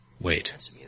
wait